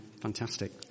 Fantastic